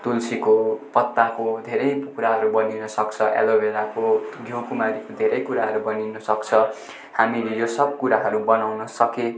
तुलसीको पत्ताको धेरै कुराहरू बनिनसक्छ एलोभेराको घिउकुमारीको धेरै कुराहरू बनिन सक्छ हामीले यो सब कुराहरू बनाउन सके